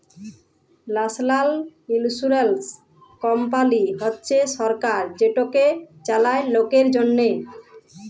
national insurance company হছে সরকার যেটকে চালায় লকের জ্যনহে